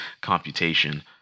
computation